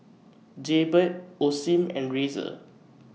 Jaybird Osim and Razer